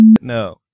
No